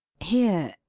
here,